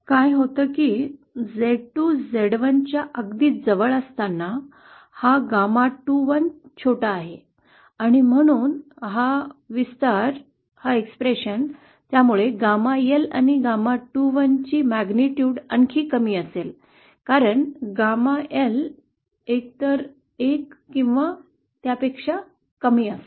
काय होतं की Z2 Z1च्या अगदी जवळ असताना हा GAMA21 छोटा आहे आणि म्हणून हा विस्तार त्यामुळे GAMA L आणि GAMA21 चि तीव्रता आणखी कमी असेल कारण GAMA L एकतर 1 किंवा त्यापेक्षा कमी असेल